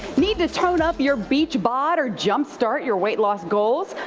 need to tone up your beach bod or jump start your weight loss goals?